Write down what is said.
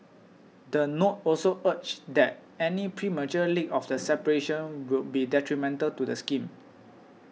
the note also urged that any premature leak of the separation will be detrimental to the scheme